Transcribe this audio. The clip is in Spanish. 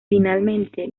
finalmente